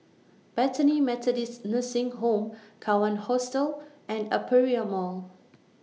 Bethany Methodist Nursing Home Kawan Hostel and Aperia Mall